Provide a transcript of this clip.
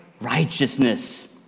righteousness